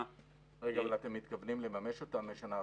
אתם מתכוונים לממש אותה מהשנה הבאה?